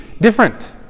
different